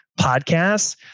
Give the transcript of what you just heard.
podcasts